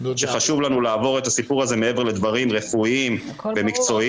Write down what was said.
שחשוב לנו לעבור את הסיפור הזה מעבר לדברים רפואיים ומקצועיים,